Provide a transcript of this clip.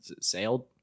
Sailed